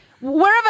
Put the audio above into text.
wherever